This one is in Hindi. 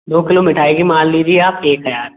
दो किलो मिठाई की मान लीजिए आप एक हज़ार